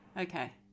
Okay